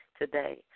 today